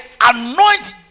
anoint